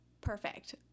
perfect